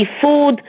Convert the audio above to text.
food